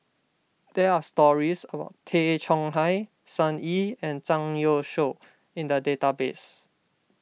there are stories about Tay Chong Hai Sun Yee and Zhang Youshuo in the database